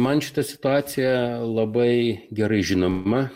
man šita situacija labai gerai žinoma